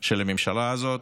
של הממשלה הזאת,